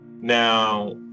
Now